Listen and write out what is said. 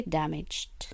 damaged